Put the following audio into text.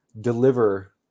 deliver